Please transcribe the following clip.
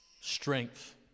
strength